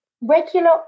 regular